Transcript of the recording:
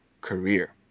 career